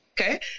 Okay